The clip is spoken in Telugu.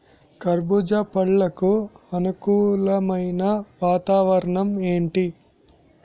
కర్బుజ పండ్లకు అనుకూలమైన వాతావరణం ఏంటి?